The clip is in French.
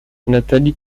nathalie